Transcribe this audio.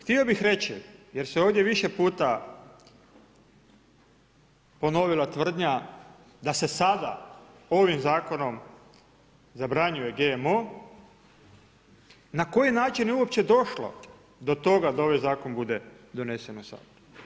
Htio bi reći, jer se ovdje više puta ponovila tvrdnja da se sada ovim zakonom zabranjuje GMO, na koji način je uopće došlo do toga da ovaj zakon bude donesen u Sabor.